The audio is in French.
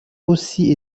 aussi